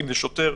שוטר,